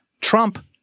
Trump